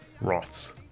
rots